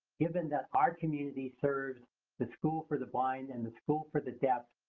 given that our community serves the school for the blind and the school for the deaf,